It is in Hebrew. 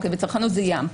וצרכנות זה ים.